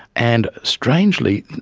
and strangely,